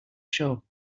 show